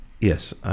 yes